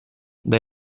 dai